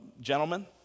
gentlemen